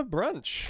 Brunch